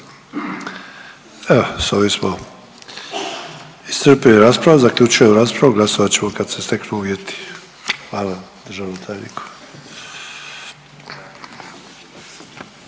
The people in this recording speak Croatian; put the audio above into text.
S ovim smo iscrpili raspravu. Zaključujem raspravu. Glasovat ćemo kada se steknu uvjeti. **Sanader, Ante